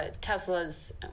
Tesla's